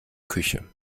küche